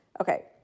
Okay